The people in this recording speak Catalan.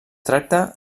tracta